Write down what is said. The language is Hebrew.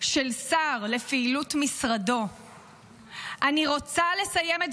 של שר לפעולות משרד --- אני רוצה לסיים את